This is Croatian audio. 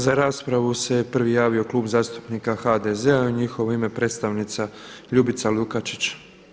Za raspravu se prvi javio Klub zastupnika HDZ-a u njihovo ime predstavnica Ljubica Lukačić.